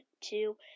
two